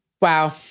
Wow